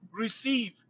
Receive